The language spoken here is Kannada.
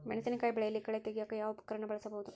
ಮೆಣಸಿನಕಾಯಿ ಬೆಳೆಯಲ್ಲಿ ಕಳೆ ತೆಗಿಯಾಕ ಯಾವ ಉಪಕರಣ ಬಳಸಬಹುದು?